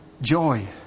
joy